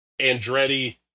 Andretti